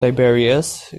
tiberius